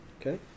Okay